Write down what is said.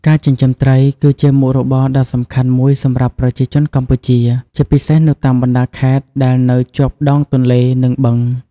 ការចិញ្ចឹមត្រី គឺជាមុខរបរដ៏សំខាន់មួយសម្រាប់ប្រជាជនកម្ពុជា ជាពិសេសនៅតាមបណ្តាខេត្តដែលនៅជាប់ដងទន្លេ និងបឹង។